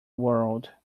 world